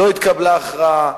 לא התקבלה הכרעה,